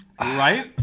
Right